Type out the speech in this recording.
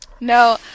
No